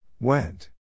Went